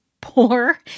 poor